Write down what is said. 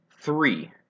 three